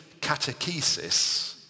catechesis